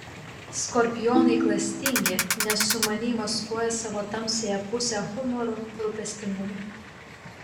skorpionai klastingi nes sumaniai maskuoja savo tamsiąją pusę humoru rūpestingumu